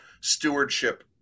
stewardship